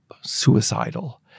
suicidal